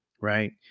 right